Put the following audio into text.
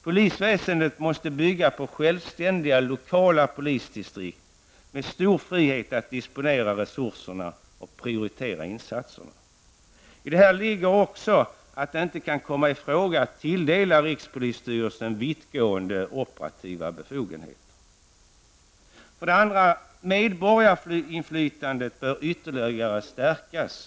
Polisväsendet måste bygga på självständiga lokala polisdistrikt med stor frihet att disponera resurserna och prioritera insatserna. I detta ligger också att det inte kan komma i fråga att tilldela rikspolisstyrelsen vittgående operativa befogenheter. För det andra bör medborgarinflytandet över polisväsendet ytterligare stärkas.